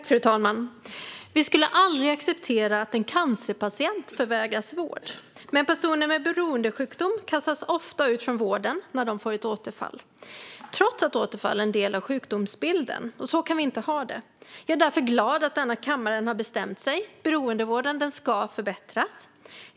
Fru talman! Vi skulle aldrig acceptera att en cancerpatient förvägrades vård, men personer med beroendesjukdom kastas ofta ut från vården när de får ett återfall - trots att återfall är en del av sjukdomsbilden. Så kan vi inte ha det. Jag är därför glad att den här kammaren har bestämt sig: Beroendevården ska förbättras.